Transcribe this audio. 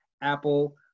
Apple